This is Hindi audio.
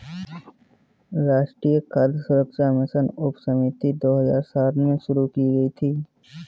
राष्ट्रीय खाद्य सुरक्षा मिशन उपसमिति दो हजार सात में शुरू हुई थी